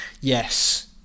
yes